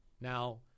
Now